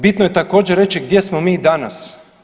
Bitno je također reći gdje smo mi danas.